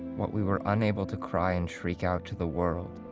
what we were unable to cry and shriek out to the world,